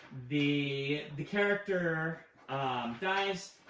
the the character dies,